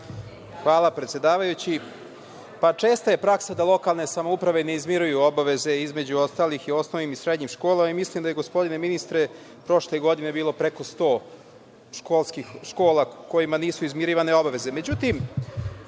Hvala, predsedavajući. Česta je praksa da lokalne samouprave ne izmiruju obaveze, između ostalih i osnovnim i srednjim školama, i mislim da je gospodine ministre, prošle godine bilo preko 100 škola kojima nisu izmirivane obaveze.Međutim,